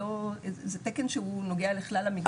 זה תקן שהוא נוגע לכלל המקומות.